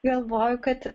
galvoju kad